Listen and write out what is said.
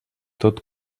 tot